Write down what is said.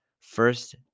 First